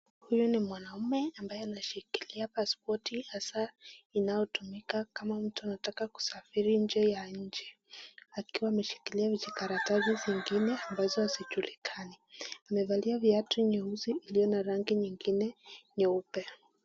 Huyu ni mwanaume ambaye anashikilia pasipoti inayotumika kama mtu anataka kusafiri nchi ya nje akiwa ameshikilia vijikaratasi zingine ambazo hazijulikani. Amevalia viatu nyeusi iliyo na rangi nyingine nyeupe.